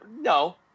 no